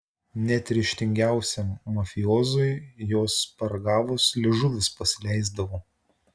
net ryžtingiausiam mafiozui jos paragavus liežuvis pasileisdavo